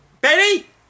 Betty